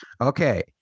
Okay